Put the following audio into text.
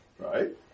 Right